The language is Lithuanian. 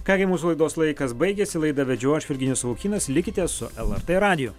ką gi mūsų laidos laikas baigėsi laidą vedžiau aš virginijus savukynas likite su lrt radiju